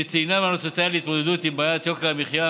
שציינה בהמלצותיה להתמודדות עם בעיית יוקר המחיה